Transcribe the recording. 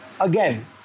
again